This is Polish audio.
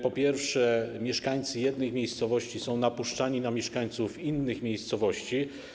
Po pierwsze, mieszkańcy jednych miejscowości są napuszczani na mieszkańców innych miejscowości.